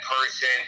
person